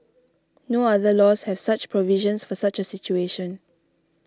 no other laws have such provisions for such a situation